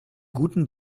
guten